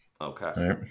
Okay